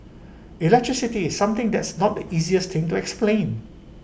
electricity is something that's not the easiest thing to explain